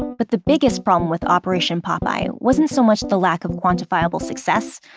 but the biggest problem with operation popeye wasn't so much the lack of quantifiable success,